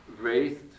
raised